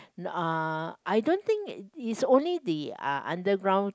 uh I don't think is only the uh underground